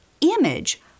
image